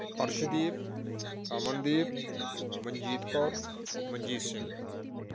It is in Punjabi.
ਅਰਸ਼ਦੀਪ ਅਮਨਦੀਪ ਮਨਜੀਤ ਕੌਰ ਮਨਜੀਤ ਸਿੰਘ